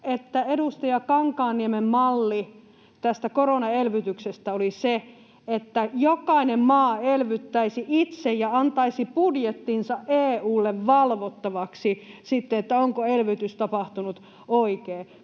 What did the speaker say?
edustaja Kankaanniemen malli tästä koronaelvytyksestä oli se, että jokainen maa elvyttäisi itse ja antaisi budjettinsa EU:lle valvottavaksi siltä osin, onko elvytys tapahtunut oikein.